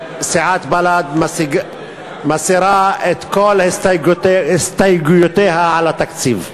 סיעת בל"ד מסירה את כל הסתייגויותיה על התקציב.